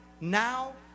now